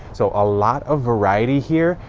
so a lot of variety here.